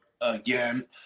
again